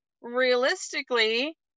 realistically